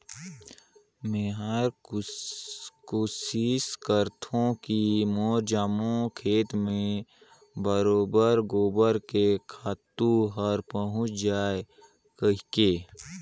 मेहर कोसिस करथों की मोर जम्मो खेत मे बरोबेर गोबर के खातू हर पहुँच जाय कहिके